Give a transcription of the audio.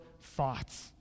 thoughts